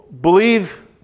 Believe